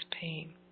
pain